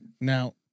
Now